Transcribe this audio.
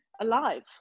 alive